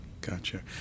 Gotcha